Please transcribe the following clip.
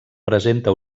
presenta